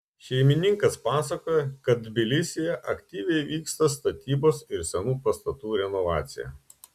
šeimininkas pasakoja kad tbilisyje aktyviai vyksta statybos ir senų pastatų renovacija